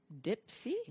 dipsy